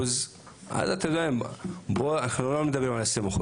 אנחנו לא מדברים על 20%,